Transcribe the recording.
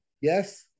Yes